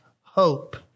hope